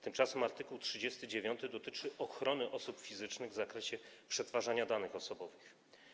Tymczasem art. 39 dotyczy ochrony osób fizycznych w zakresie przetwarzania danych osobowych.